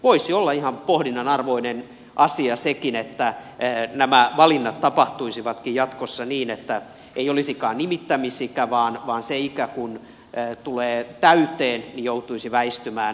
voisi olla ihan pohdinnan arvoinen asia sekin että nämä valinnat tapahtuisivatkin jatkossa niin että ratkaiseva ei olisikaan nimittämisikä vaan että kun tietty ikä tulee täyteen joutuisi väistymään